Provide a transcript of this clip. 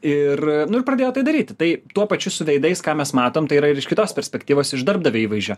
ir nu ir pradėjo tai daryti tai tuo pačiu su veidais ką mes matom tai yra ir iš kitos perspektyvos iš darbdavio įvaizdžio